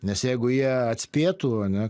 nes jeigu jie atspėtų ane